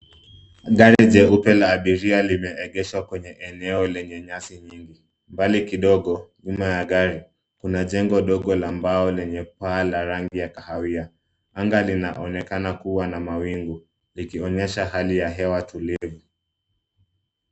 Gari jeupe la abiria limeegeshwa kwenye eneo lenye nyasi nyingi. Mbali kidogo, nyuma ya gari, kuna jengo dogo la mbao lenye paa la rangi ya kahawia. Anga linaonekana kuwa na mawingu, likionyesha hali ya hewa tulivu.